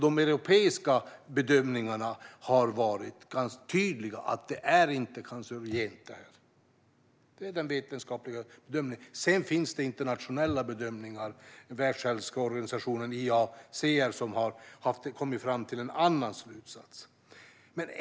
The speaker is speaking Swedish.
De europeiska bedömningarna har varit tydliga med att det här ämnet inte är cancerogent. Det är den vetenskapliga bedömningen. Sedan finns det internationella bedömningar från IARC inom Världshälsoorganisationen som har kommit fram till en annan slutsats.